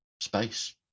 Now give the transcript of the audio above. space